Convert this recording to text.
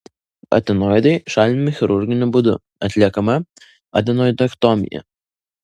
adenoidai šalinami chirurginiu būdu atliekama adenoidektomija